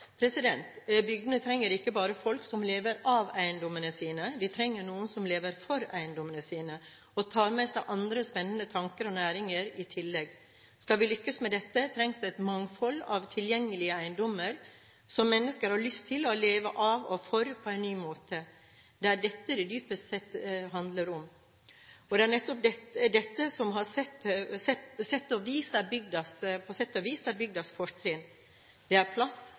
Bygdene trenger ikke bare folk som lever av eiendommene sine, de trenger noen som lever for eiendommene sine og tar med seg andre spennende tanker og næringer i tillegg. Skal vi lykkes med dette, trengs det et mangfold av tilgjengelige eiendommer som mennesker har lyst til å leve av og for på en ny måte. Det er dette det dypest sett handler om. Det er nettopp dette som på sett og vis er bygdas fortrinn: Det er plass, det er